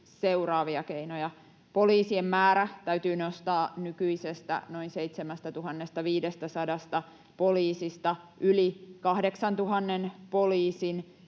seuraavia keinoja: Poliisien määrä täytyy nostaa nykyisestä noin 7 500 poliisista yli 8 000 poliisiin,